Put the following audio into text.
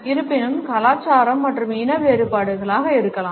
இருப்பினும் கலாச்சார மற்றும் இன வேறுபாடுகள் இருக்கலாம்